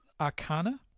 Arcana